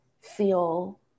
feel